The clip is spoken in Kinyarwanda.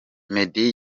meddy